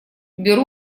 беру